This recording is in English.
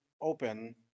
open